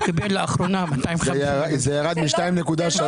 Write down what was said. הוא קיבל לאחרונה 250. זה ירד מ-2.3.